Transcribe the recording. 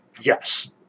Yes